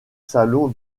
salon